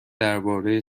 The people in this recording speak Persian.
درباره